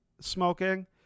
smoking